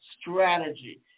strategy